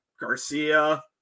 Garcia